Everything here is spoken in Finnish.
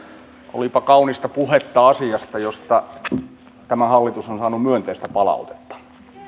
olipa kaunista puhetta asiasta josta tämä hallitus on saanut myönteistä palautetta